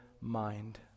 mind